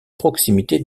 proximité